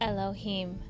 Elohim